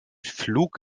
flug